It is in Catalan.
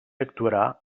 actuarà